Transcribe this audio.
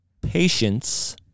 patience